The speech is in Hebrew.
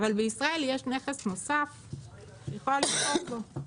בישראל יש נכס נוסף שהיא יכולה לסחור בו,